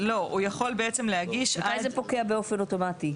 מתי זה פוקע באופן אוטומטי?